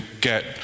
get